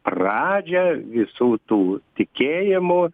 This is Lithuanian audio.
pradžią visų tų tikėjimų